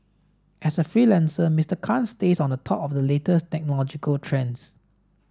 as a freelancer Mister Khan stays on top of the latest technological trends